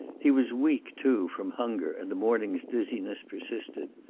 he was weak, too, from hunger, and the morning's dizziness persisted.